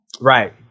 Right